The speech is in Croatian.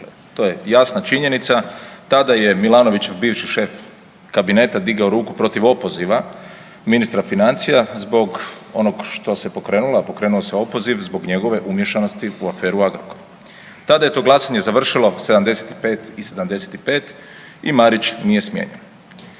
to je jasna činjenica, tada je Milanovićev bivši šef kabineta digao ruku protiv opoziva ministra financija zbog onog što se pokrenlo, a pokrenuo se opoziv zbog njegove umiješanosti u aferu Agrokor. Tada je to glasanje završilo 75 i 75 i Marić nije smijenjen.